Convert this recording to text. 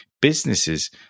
Businesses